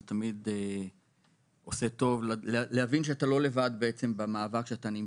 זה תמיד עושה טוב להבין שאתה לא לבד במאבק שאתה נמצא.